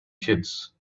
kids